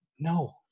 No